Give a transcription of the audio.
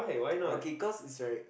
okay cause it's right